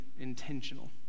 intentional